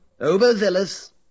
overzealous